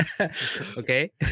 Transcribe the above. okay